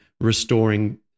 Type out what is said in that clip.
restoring